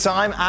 Time